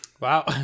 wow